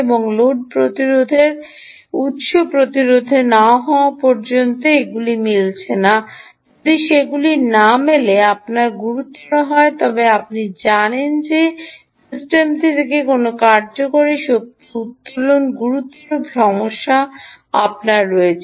এবং লোড প্রতিরোধের লোড প্রতিরোধের এবং উত্স প্রতিরোধের না হওয়া পর্যন্ত এগুলি মিলছে না যদি সেগুলি না মেলে আপনার গুরুতর হয় তবে আপনি জানেন যে সিস্টেমটি থেকে কোনও কার্যকর শক্তি উত্তোলনের গুরুতর সমস্যা আপনার রয়েছে